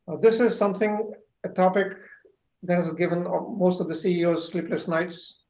this is something a topic that has given ah most of the ceos sleepless nights,